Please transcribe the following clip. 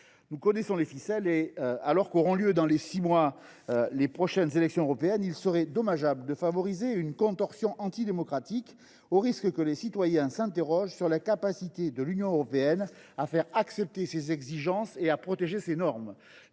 Nous connaissons les ficelles. Alors qu’auront lieu dans six mois les prochaines élections européennes, il serait dommageable de favoriser une contorsion antidémocratique, au risque que les citoyens s’interrogent sur la capacité de l’Union européenne à faire accepter ses exigences et à protéger ses normes.